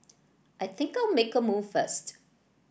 I think I'll make a move first